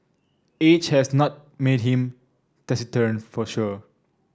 age has not made him taciturn for sure